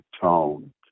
tone